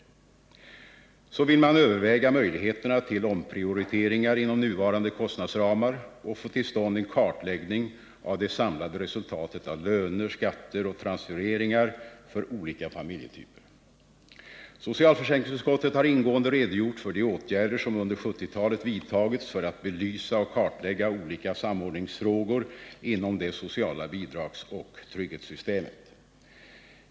Vidare vill man överväga möjligheterna till omprioriteringar inom de nuvarande kostnadsramarna och få till stånd en kartläggning av det samlade resultatet av löner, skatter och transfereringar för olika familjetyper. Socialförsäkringsutskottet har ingående redogjort för de åtgärder som under 1970-talet vidtagits för att belysa och kartlägga olika samordningsfrågor inom det sociala bidragsoch trygghetssystemet.